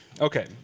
Okay